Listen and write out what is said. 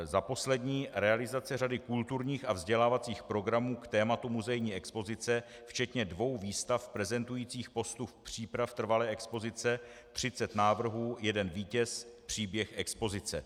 Za poslední, realizace řady kulturních a vzdělávacích programů k tématu muzejní expozice včetně dvou výstav prezentujících postup příprav trvalé expozice, 30 návrhů, jeden vítěz, příběh expozice.